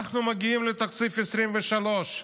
אנחנו מגיעים לתקציב 2023,